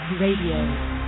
Radio